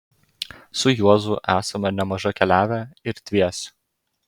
su juozu esame nemaža keliavę ir dviese